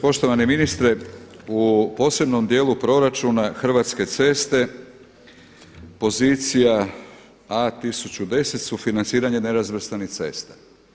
Poštovani ministre u posebnom djelu proračuna Hrvatske ceste pozicija A1010 sufinanciranje nerazvrstanih cesta.